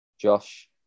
Josh